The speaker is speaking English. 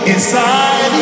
Inside